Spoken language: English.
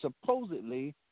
supposedly